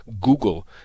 Google